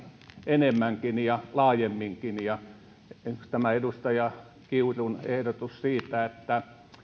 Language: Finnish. enemmänkin ja laajemminkin tästä edustaja kiurun ehdotuksesta että